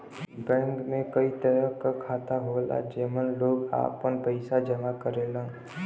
bank में कई तरह क खाता होला जेमन लोग आपन पइसा जमा करेलन